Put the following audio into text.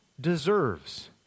deserves